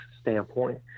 standpoint